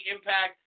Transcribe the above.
Impact